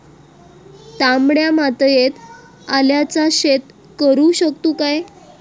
तामड्या मातयेत आल्याचा शेत करु शकतू काय?